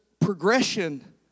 progression